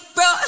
Bro